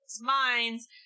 minds